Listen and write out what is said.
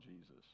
Jesus